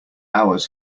hours